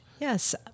Yes